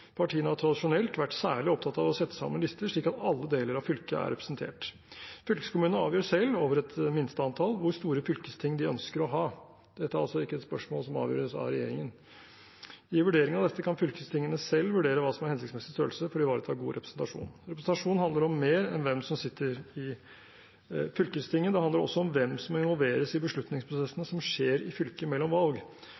Partiene har tradisjonelt vært særlig opptatt av å sette sammen lister slik at alle deler av fylket er representert. Fylkeskommunene avgjør selv, over et minsteantall, hvor store fylkesting de ønsker å ha. Dette er altså ikke et spørsmål som avgjøres av regjeringen. I vurderingen av dette kan fylkestingene selv vurdere hva som er hensiktsmessig størrelse for å ivareta god representasjon. Representasjon handler om mer enn hvem som sitter i fylkestinget. Det handler også om hvem som involveres i beslutningsprosessene